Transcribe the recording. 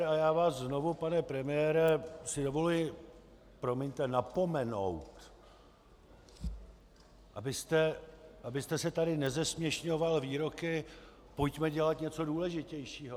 A já si vás znovu, pane premiére, dovoluji, promiňte, napomenout, abyste se tady nezesměšňoval výroky: pojďme dělat něco důležitějšího.